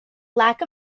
lack